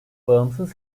bağımsız